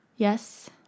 yes